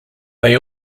they